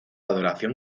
adoración